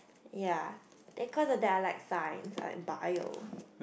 ya then cause of that I like science like bio